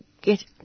get